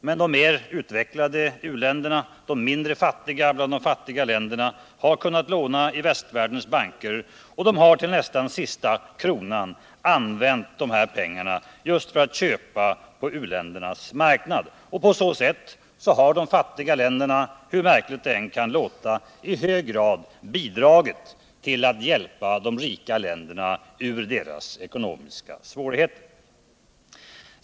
Men de mer utvecklade u-länderna, de mindre fattiga bland de fattiga länderna, har kunnat låna i västvärldens banker och de har till nästan sista kronan använt pengarna för att köpa på industriländernas marknader. På så sätt har de fattiga länderna, hur märkligt de än kan låta, i hög grad bidragit till att hjälpa de rika länderna ur deras ekonomiska svårigheter.